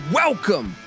welcome